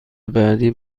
بعدی